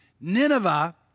Nineveh